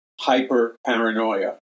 hyper-paranoia